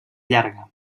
llarga